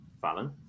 Fallon